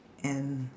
and